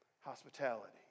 hospitality